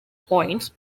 points